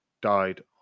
died